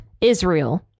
Israel